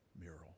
mural